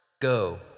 go